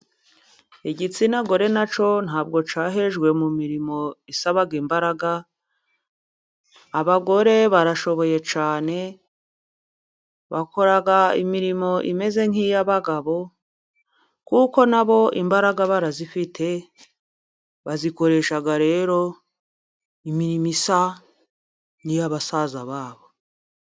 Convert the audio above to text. Igitsina gore na cyo， ntabwo cyahejwe mu mirimo isaba imbaraga，abagore barashoboye cyane， bakora imirimo imeze nk'iy'abagabo，kuko nabo imbaraga barazifite，bazikoresha rero，imirimo isa n'iya basaza babo.